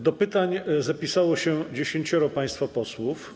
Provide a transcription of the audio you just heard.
Do pytań zapisało się 10 państwa posłów.